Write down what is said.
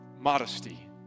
modesty